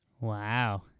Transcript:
Wow